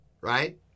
Right